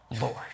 Lord